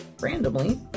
randomly